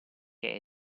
che